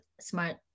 smart